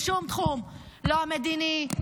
בשום תחום: לא המדיני,